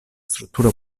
struttura